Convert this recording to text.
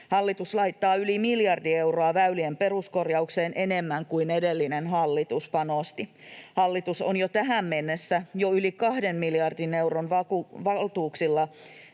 Hallitus laittaa yli miljardi euroa enemmän väylien peruskorjaukseen kuin mitä edellinen hallitus panosti. Hallitus on jo tähän mennessä yli 2 miljardin euron valtuuksilla